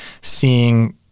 seeing